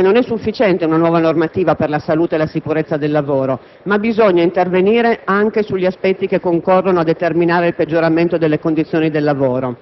Non è sufficiente una nuova normativa per la salute e la sicurezza del lavoro, ma bisogna intervenire anche sugli aspetti che concorrono a determinare il peggioramento delle condizioni del lavoro: